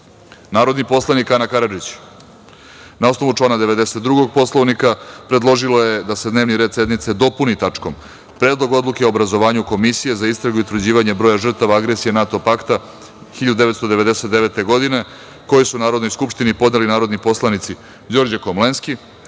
poslanik Ana Karadžić, na osnovu člana 92. Poslovnika, predložila je da se dnevni red sednice dopuni tačkom - Predlog odluke o obrazovanju komisije za istragu i utvrđivanje broja žrtava agresije NATO pakta 1999. godine, koji su Narodnoj skupštini podneli narodni poslanici Đorđe Komlenski,